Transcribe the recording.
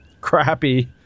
crappy